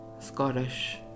Scottish